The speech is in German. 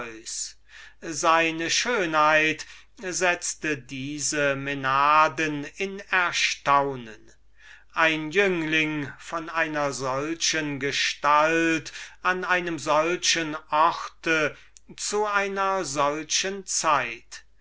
seine schönheit setzte diese mänaden in erstaunen ein jüngling von einer solchen gestalt an einem solchen ort zu einer solchen zeit